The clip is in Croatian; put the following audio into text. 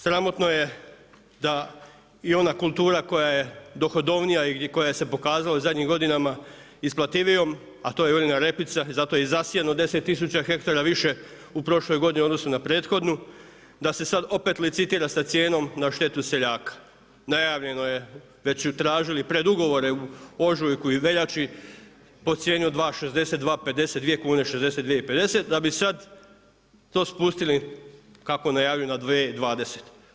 Sramotno je da i ona kultura koja je dohodovnija i koja se pokazala u zadnjih godinama isparljivijom, a to je uljena repica i zato zasijano 10 tisuća hektara više u prošloj godini u odnosu na prethodnu, da se sad opet licitira sa cijenom na štetu seljaka, najavljeno je već su tražili predugovore u ožujku i veljači po cijeni 2,60 2,50, 2 kune i 62 i 50 da bi sad to spustili kako najavljuju na 2,20.